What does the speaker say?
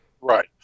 Right